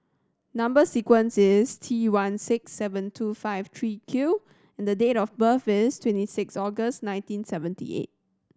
number sequence is T one six seven two five three Q and date of birth is twenty six August nineteen seventy eight